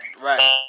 Right